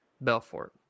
Belfort